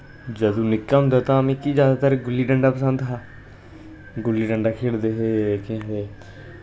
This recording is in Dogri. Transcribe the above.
जदूं निक्का होंदा तां मिकी जैदातर गुल्ली डंडा पसंद हा गुल्ली डंडा खेढदे हे